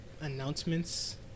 Announcements